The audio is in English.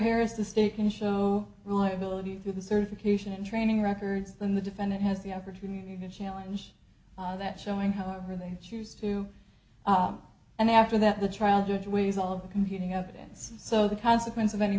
harris the state can show reliability through the certification and training records than the defendant has the opportunity to challenge that showing however they choose to and after that the trial judge weighs all of the competing up dance so the consequence of any